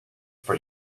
for